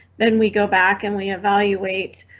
then we go back and we evaluate.